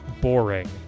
boring